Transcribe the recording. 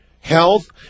health